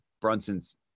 Brunson's